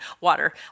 water